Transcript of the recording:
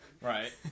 right